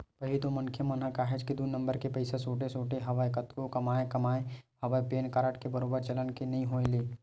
पहिली तो मनखे मन काहेच के दू नंबर के पइसा सोटे सोटे हवय कतको कमाए कमाए हवय पेन कारड के बरोबर चलन के नइ होय ले